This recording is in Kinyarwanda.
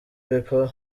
pepper